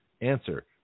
Answer